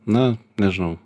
na nežinau